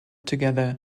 together